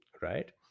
right